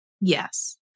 Yes